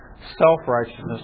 self-righteousness